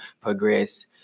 progress